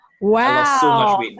wow